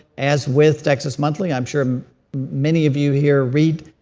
as with texas monthly, i'm sure many of you here read